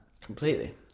Completely